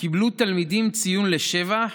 קיבלו תלמידים ציון לשבח